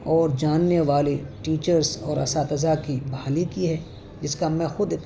اور جاننے والے ٹیچرس اور اساتذہ کی بحالی کی ہے جس کا میں خود